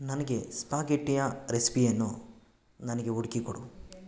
ನನಗೆ ಸ್ಪಾಗೆಟ್ಟಿಯ ರೆಸ್ಪಿಯನ್ನು ನನಗೆ ಹುಡ್ಕಿ ಕೊಡು